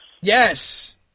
Yes